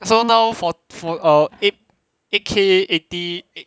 so now for for uh eight eight K eighty